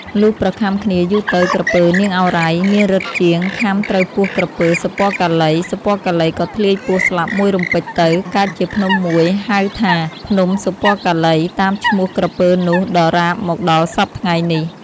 លុះប្រខាំគ្នាយូរទៅ ក្រពើ នាងឱរ៉ៃ មានឫទ្ធិជាងខាំត្រូវពោះក្រពើ សុពណ៌កាឡីៗ ក៏ធ្លាយពោះស្លាប់មួយរំពេចទៅ កើតជាភ្នំមួយហៅថា " ភ្នំ សុពណ៌កាឡី " តាមឈ្មោះក្រពើនោះដរាបមកដល់សព្វថ្ងៃនេះ ។